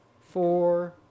four